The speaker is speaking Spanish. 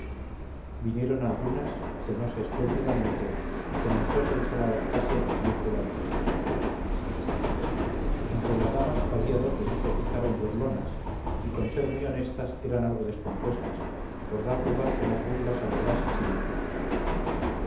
vinieron algunas cenóse espléndidamente y comenzóse el sarao casi a las diez de la noche entre las damas había dos de gusto pícaro y burlonas y con ser muy honestas eran algo descompuestas por dar lugar que las burlas alegrasen sin enfado